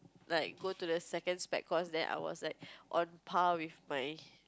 like go to the second spec course then I was like on par with my